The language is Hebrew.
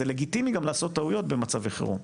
זה לגיטימי לעשות גם טעויות במצבי חירום.